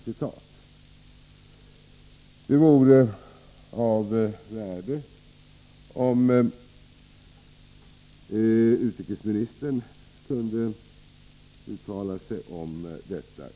Det vore av värde, om utrikesministern uttalade sig om detta.